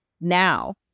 now